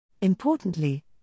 Importantly